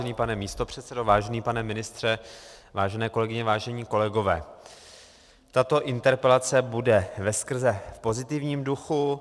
Vážený pane místopředsedo, vážený pane ministře, vážené kolegyně, vážení kolegové, tato interpelace bude veskrze v pozitivním duchu.